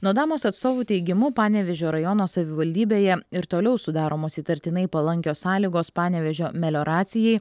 nodamos atstovų teigimu panevėžio rajono savivaldybėje ir toliau sudaromos įtartinai palankios sąlygos panevėžio melioracijai